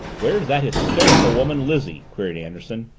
where's that hysterical woman lizzie? queried anderson.